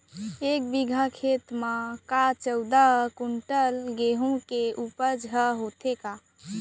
एक बीघा खेत म का चौदह क्विंटल गेहूँ के उपज ह होथे का?